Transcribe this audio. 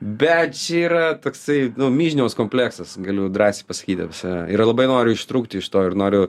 bet čia yra toksai myžniaus kompleksas galiu drąsiai pasakyti apie save ir labai noriu ištrūkti iš to ir noriu